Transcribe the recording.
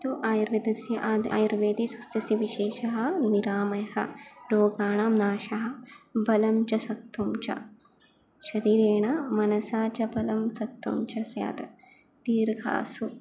तु आयुर्वेदस्य आदौ आयुर्वेदे स्वास्थ्यस्य विशेषः निरामयः रोगाणां नाशः बलं च सत्त्वं च शरीरेण मनसा च बलं सत्त्वं च स्यात् दीर्घासु